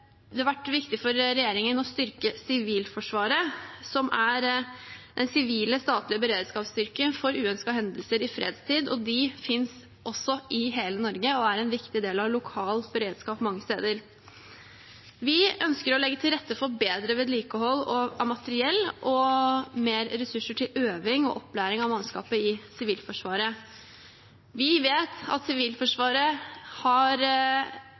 det vært viktig for regjeringen å styrke Sivilforsvaret, som er en sivil statlig beredskapsstyrke for uønskede hendelser i fredstid. De finnes også i hele Norge og er en viktig del av lokal beredskap mange steder. Vi ønsker å legge til rette for bedre vedlikehold av materiell og mer ressurser til øving og opplæring av mannskapet i Sivilforsvaret. Vi vet at Sivilforsvaret har